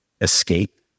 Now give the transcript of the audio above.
escape